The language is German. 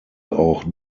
auch